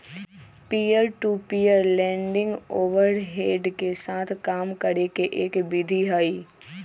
peer to peer lending overhead के साथ काम करे के एक विधि हई